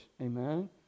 amen